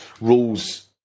rules